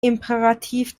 imperativ